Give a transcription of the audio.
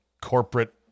corporate